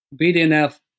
BDNF